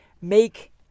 make